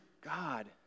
God